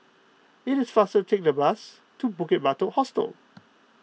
it is faster to take the bus to Bukit Batok Hostel